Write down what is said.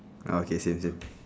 okay same same